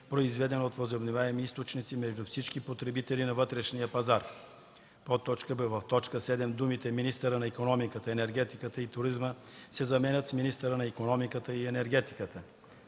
произведена от възобновяеми източници, между всички потребители на вътрешния пазар;” б) в т. 7 думите „министъра на икономиката, енергетиката и туризма“ се заменят с „министъра на икономиката и енергетиката“.